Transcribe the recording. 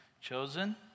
chosen